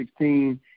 2016